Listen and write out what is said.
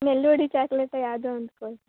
melody ಚಾಕ್ಲೇಟೊ ಯಾವುದೊ ಒಂದು ಕೊಡಿರಿ